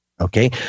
okay